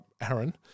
Aaron